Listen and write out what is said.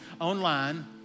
online